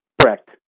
Correct